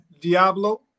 Diablo